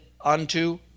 unto